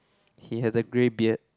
he has a grey beard